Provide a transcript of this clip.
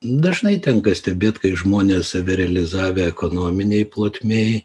dažnai tenka stebėt kai žmonės save realizavę ekonominėj plotmėj